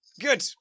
Good